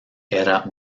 era